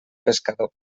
pescador